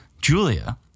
Julia